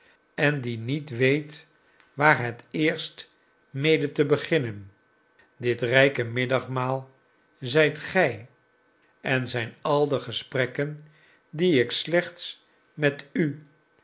en die niet weet waar het eerst mede te beginnen dit rijke middagmaal zijt gij en zijn al de gesprekken die ik slechts met u